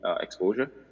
exposure